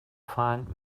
find